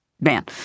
man